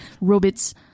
Robots